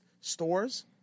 stores